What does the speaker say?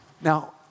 Now